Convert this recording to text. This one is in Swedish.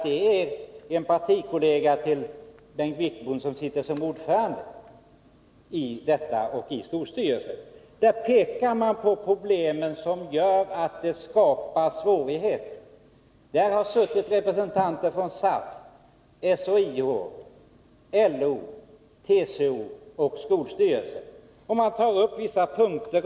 Det är en partikollega till Bengt Wittbom som sitter som ordförande i rådet och i skolstyrelsen, och i skrivelsen pekas på de faktorer som gör att det skapas svårigheter. I rådet har suttit representanter för SAF, SHIO, LO, TCO och skolstyrelsen. Man tar upp vissa punkter.